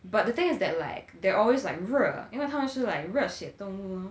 but the thing is that like they're always like 热因为他们是 like 热血动物 ah